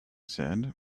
said